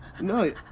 No